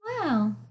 Wow